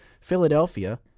Philadelphia